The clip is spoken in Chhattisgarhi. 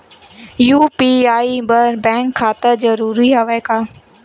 यू.पी.आई बर बैंक खाता जरूरी हवय का?